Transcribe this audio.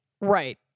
Right